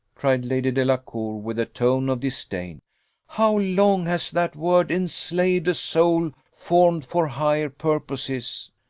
cried lady delacour, with a tone of disdain how long has that word enslaved a soul formed for higher purposes!